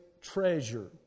treasure